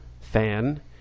fan